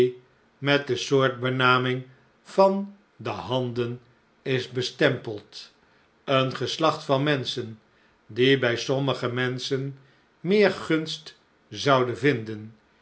met de soortbenaming van de handen isbestempeld een geslacht van menschen die bij sommige menschen meer gunst zouden vinden